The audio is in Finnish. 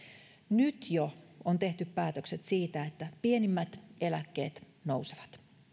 nyt jo on tehty päätökset siitä että pienimmät eläkkeet nousevat